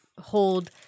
hold